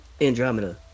Andromeda